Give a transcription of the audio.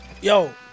yo